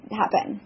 happen